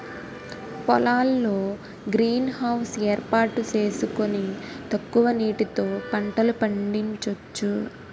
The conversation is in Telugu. పొలాల్లో గ్రీన్ హౌస్ ఏర్పాటు సేసుకొని తక్కువ నీటితో పంటలు పండించొచ్చు